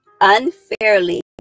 unfairly